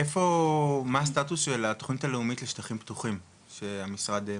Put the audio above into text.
מה הסטטוס של התוכנית הלאומית לשטחים פתוחים שהמשרד מייצר?